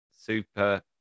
super